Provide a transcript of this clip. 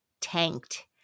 tanked